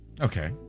Okay